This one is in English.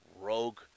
rogue